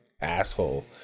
asshole